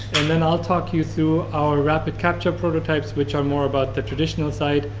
and then i'll talk you through our rapid capture prototypes, which are more about the traditional side,